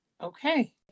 Okay